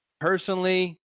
personally